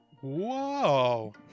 Whoa